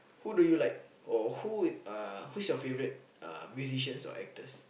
who do you like or who uh who's your favourite uh musicians or actors